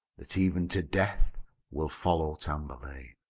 that even to death will follow tamburlaine.